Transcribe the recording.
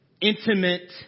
intimate